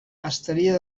estaria